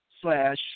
slash